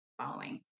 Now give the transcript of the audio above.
following